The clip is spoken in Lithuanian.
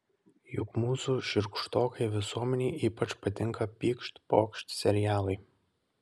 juk mūsų šiurkštokai visuomenei ypač patinka pykšt pokšt serialai